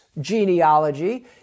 genealogy